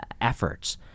efforts